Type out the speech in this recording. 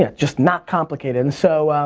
yeah just not complicated, and so